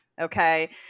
Okay